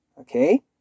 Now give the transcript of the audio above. okay